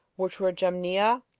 which were jamnia,